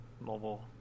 mobile